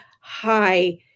high